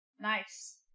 Nice